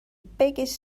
biggest